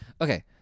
Okay